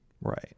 Right